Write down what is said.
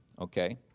okay